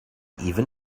even